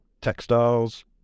textiles